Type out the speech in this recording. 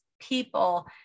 people